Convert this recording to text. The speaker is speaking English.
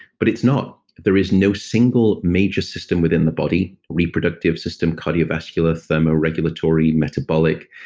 but it's not. there is no single major system within the body, reproductive system, cardiovascular, thermoregulatory metabolic,